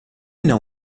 know